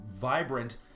vibrant